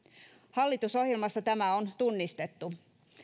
hallitusohjelmassa tämä on tunnistettu